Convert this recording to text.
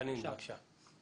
חנין, בבקשה.